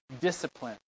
discipline